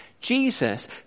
Jesus